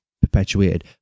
perpetuated